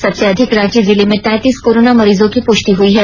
सबसे अधिक रांची जिले में तैंतीस कोरोना मरीजों की पुष्टि हई है